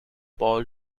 paul